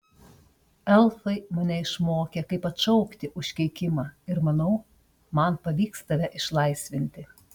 elfai mane išmokė kaip atšaukti užkeikimą ir manau man pavyks tave išlaisvinti